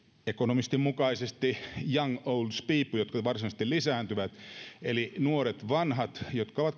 economistin mukaisesti young old people joiden määrä varsinaisesti lisääntyy eli nuorista vanhoista jotka ovat